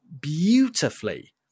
beautifully